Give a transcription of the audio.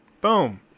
Boom